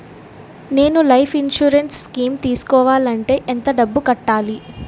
నేను life insurance scheme తీసుకోవాలంటే ఎంత డబ్బు కట్టాలి?